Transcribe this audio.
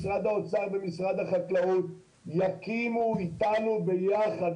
משרד האוצר ומשרד החקלאות יקימו איתנו ביחד